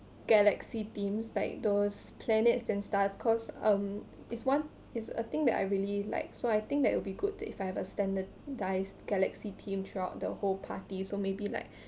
galaxy themes like those planets and stars cause um is one is a thing that I really like so I think that will be good to if I have a standardized galaxy theme throughout the whole party so maybe like